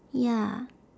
ya